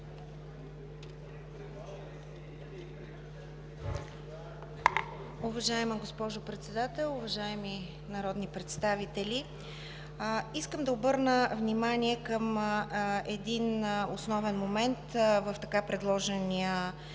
Уважаема госпожо Председател, уважаеми народни представители! Искам да обърна внимание към един основен момент в така предложения